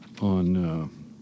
on